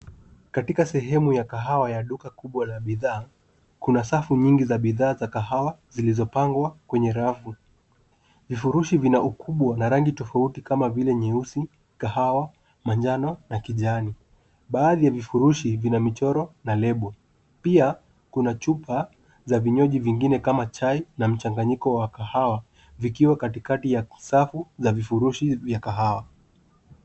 Katika sehemu ya kahawa ya duka kubwa la bidhaa, kuna safu nyingi za bidhaa za kahawa zilizopangwa kwenye rafu. Vifurushi vina ukubwa na rangi tofauti kama vile nyeusi, kahawa, manjano na kijani. Baadhi ya vifurushi vina michoro na lebo. Pia, kuna chupa za vinywaji vingine kama chai na mchanganyiko wa kahawa vikiwa katikati ya safu za vifurushi vya kahawa.